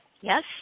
yes